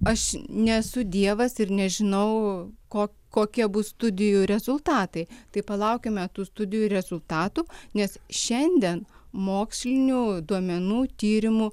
aš nesu dievas ir nežinau ko kokie bus studijų rezultatai tai palaukime tų studijų rezultatų nes šiandien mokslinių duomenų tyrimų